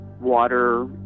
water